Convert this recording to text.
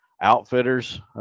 outfitters